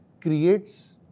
creates